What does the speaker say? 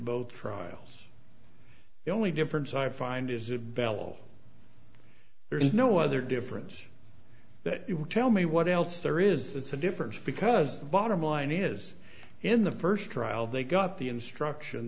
both trials the only difference i find is that bello there is no other difference that you tell me what else there is it's a difference because the bottom line is in the first trial they got the instruction